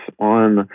on